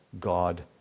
God